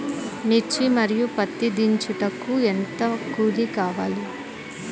మిర్చి మరియు పత్తి దించుటకు ఎంత కూలి ఇవ్వాలి?